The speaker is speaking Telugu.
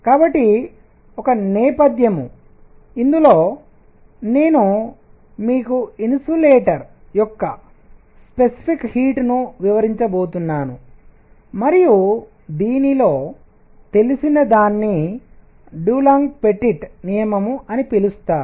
కాబట్టి ఒక నేపథ్యం ఇందులో నేను నేను మీకు ఇన్సులేటర్ అవాహకాల యొక్క స్పెసిఫిక్ హీట్ విశిష్టోష్ణం ను వివరించబోతున్నాను మరియు దీనిలో తెలిసినదాన్ని డులాంగ్ పెటిట్ నియమం అని పిలుస్తారు